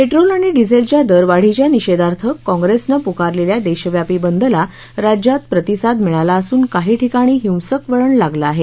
petrol आणि डिझेलच्या दर वाढीच्या निषेधार्थ काँप्रेसने पुकारलेल्या देशव्यापी बंदला राज्यात प्रतिसाद मिळाला असून काही ठिकाणी हिंसक वळण लागलं आहे